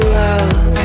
love